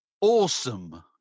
Awesome